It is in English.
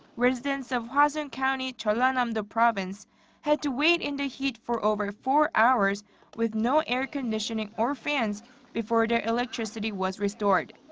residents of hwasun county, jeollanam-do province had to wait in the heat for over four hours with no air conditioning or fans before their electricity was restored.